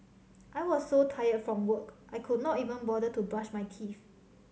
I was so tired from work I could not even bother to brush my teeth